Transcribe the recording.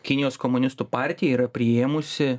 kinijos komunistų partija yra priėmusi